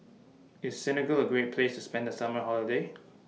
IS Senegal A Great Place to spend The Summer Holiday